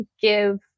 give